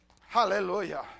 Hallelujah